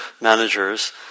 managers